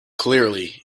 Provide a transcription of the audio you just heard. clearly